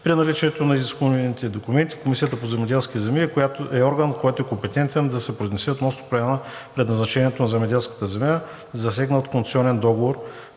При наличието на изискуемите документи Комисията за земеделските земи е органът, който е компетентен да се произнесе относно промяна на предназначението на земеделската земя, засегната от концесионния договор,